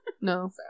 No